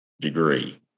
degree